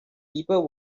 people